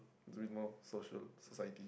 it's a bit more social society